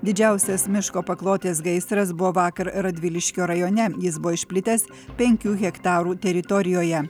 didžiausias miško paklotės gaisras buvo vakar radviliškio rajone jis buvo išplitęs penkių hektarų teritorijoje